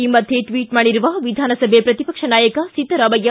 ಈ ಮಧ್ಯೆ ಟ್ವಿಟ್ ಮಾಡಿರುವ ವಿಧಾನಸಭೆ ಪ್ರತಿಪಕ್ಷ ನಾಯಕ ಸಿದ್ದರಾಮಯ್ಕ